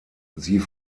sie